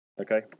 okay